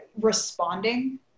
responding